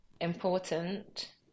important